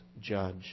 judge